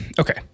okay